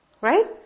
Right